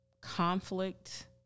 conflict